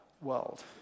world